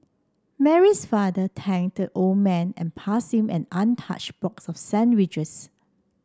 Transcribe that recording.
Mary's father tanked the old man and passed him an untouched box of sandwiches